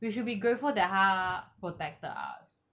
we should be grateful that 他 protected us